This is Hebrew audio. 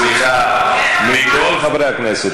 סליחה, מכל חברי הכנסת.